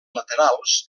laterals